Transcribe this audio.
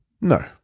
No